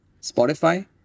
Spotify